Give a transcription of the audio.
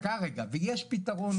דקה רגע ויש פתרון,